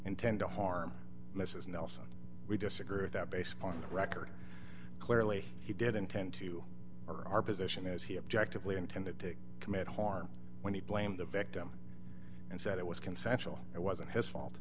intend to harm mrs nelson we disagree with that based on the record clearly he did intend to our position is he objective lee intended to commit harm when he blamed the victim and said it was consensual it wasn't his fault